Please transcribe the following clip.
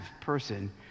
person